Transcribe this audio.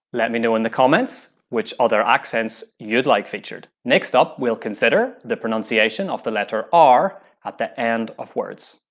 let me know in the comments which other accents you'd like featured. next up, we'll consider the pronunciation of the letter r at the end of words.